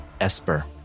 Esper